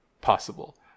possible